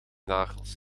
nagels